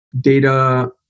data